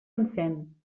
encén